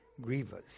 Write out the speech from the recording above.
grievous